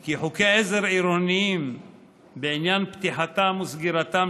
כי חוקי עזר עירוניים בעניין פתיחתם וסגירתם